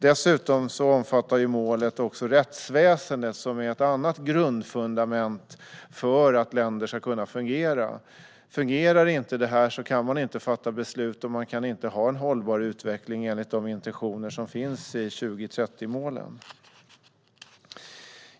Dessutom omfattar målet också rättsväsendet, som är ett annat grundfundament för att länder ska kunna fungera. Fungerar inte detta kan man inte fatta beslut, och man kan inte ha en hållbar utveckling enligt de intentioner som finns i 2030-målen.